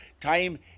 Time